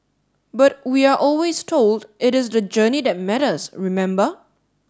but we are always told it is the journey that matters remember